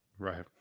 right